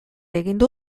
egingo